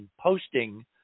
posting